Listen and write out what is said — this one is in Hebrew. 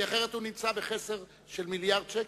כי אחרת הוא נמצא בחסר של מיליארד שקלים.